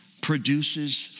produces